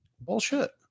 Bullshit